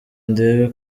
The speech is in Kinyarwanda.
ndebe